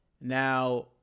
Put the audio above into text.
Now